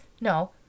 No